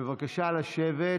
בבקשה לשבת.